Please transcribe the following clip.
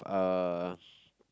uh